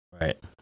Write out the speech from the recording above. Right